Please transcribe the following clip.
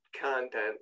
content